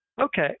Okay